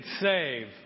save